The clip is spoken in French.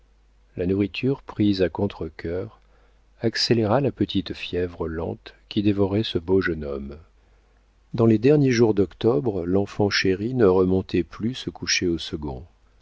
la nourriture prise à contre-cœur accéléra la petite fièvre lente qui dévorait ce beau jeune homme dans les derniers jours d'octobre l'enfant chéri ne remontait plus se coucher au second